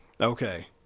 Okay